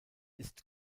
ist